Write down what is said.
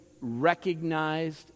recognized